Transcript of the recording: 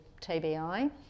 TBI